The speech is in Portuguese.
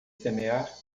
semear